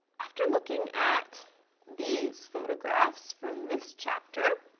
after looking at these photographs from this chapter,